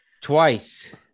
Twice